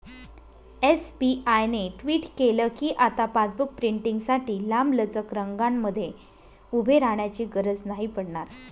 SBI ने tweet केल कीआता पासबुक प्रिंटींगसाठी लांबलचक रंगांमध्ये उभे राहण्याची गरज नाही पडणार